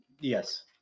Yes